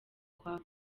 kwa